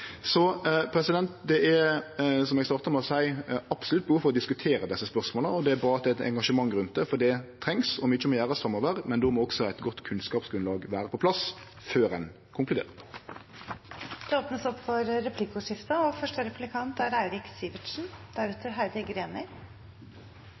Det er, som eg starta med å seie, absolutt behov for å diskutere desse spørsmåla, og det er bra at det er eit engasjement rundt det, for det trengst. Mykje må gjerast framover, men då må også eit godt kunnskapsgrunnlag vere på plass før ein konkluderer. Det blir replikkordskifte. Vi er alle her i dag enige om at vann er